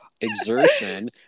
exertion